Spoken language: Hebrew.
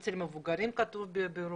אצל מבוגרים כתוב 'בבירור'.